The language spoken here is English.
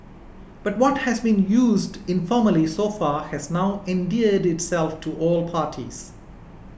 but what has been used informally so far has now endeared itself to all parties